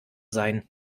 sein